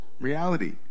reality